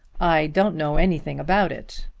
i don't know anything about it.